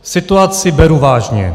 Situaci beru vážně.